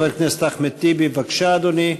חבר הכנסת אחמד טיבי, בבקשה, אדוני.